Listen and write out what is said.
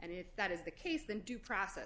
and if that is the case then due process